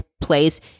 place